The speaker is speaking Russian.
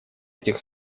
этих